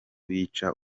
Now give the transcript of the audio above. bica